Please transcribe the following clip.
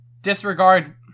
disregard